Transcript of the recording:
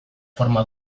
forma